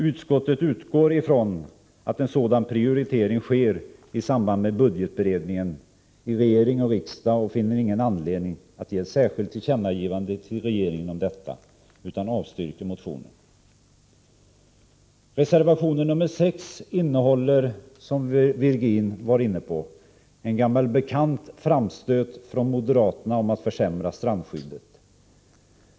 Utskottet utgår från att en sådan prioritering sker i samband med budgetberedningen i regering och riksdag och finner ingen anledning att ge ett särskilt tillkännagivande till regeringen om detta utan avstyrker reservationen. Reservation 6 innehåller, som Jan-Eric Virgin var inne på, en gammal bekant framstöt från moderaterna om att försämra strandskyddet.